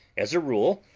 as a rule,